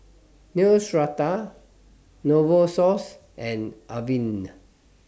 Neostrata Novosource and Avene